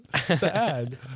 Sad